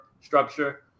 structure